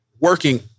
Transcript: working